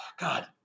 God